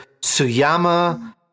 Suyama